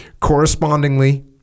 Correspondingly